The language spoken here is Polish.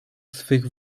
swych